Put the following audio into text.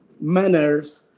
manners